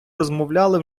розмовляли